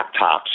laptops